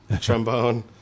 trombone